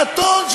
לאתון,